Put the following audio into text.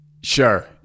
Sure